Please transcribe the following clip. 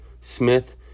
Smith